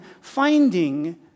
finding